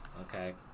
okay